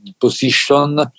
position